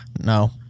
No